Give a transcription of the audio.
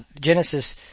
Genesis